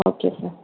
okay sir